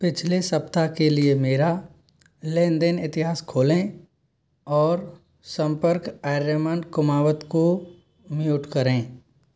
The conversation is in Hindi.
पिछले सप्ताह के लिए मेरा लेन देन इतिहास खोलें और संपर्क आर्यमान कुमावत को म्यूट करें